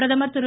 பிரதமர் திரு